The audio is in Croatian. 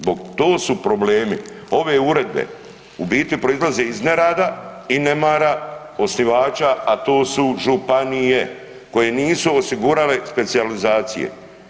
Zbog, to su problemi, ove uredbe u biti proizlaze iz nerada i nemara osnivača, a to su županije koje nisu osigurale specijalizacije.